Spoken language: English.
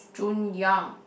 Jun-Yang